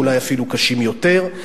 אולי אפילו קשים יותר.